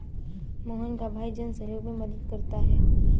मोहन का भाई जन सहयोग में मदद करता है